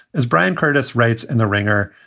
as bryan curtis writes in the ringer,